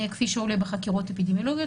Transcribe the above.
כפי שעולה בחקירות אפידמיולוגיות,